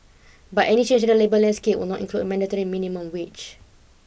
but any change in the labour landscape would not include a mandatory minimum wage